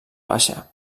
baixa